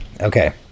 Okay